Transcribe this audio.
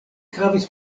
havis